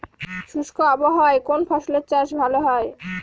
শুষ্ক আবহাওয়ায় কোন ফসলের চাষ ভালো হয়?